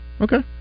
Okay